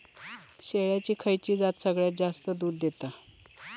शेळ्यांची खयची जात सगळ्यात जास्त दूध देता?